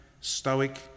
stoic